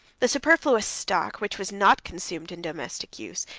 the superfluous stock, which was not consumed in domestic use,